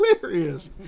hilarious